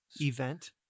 event